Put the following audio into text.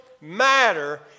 matter